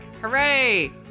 Hooray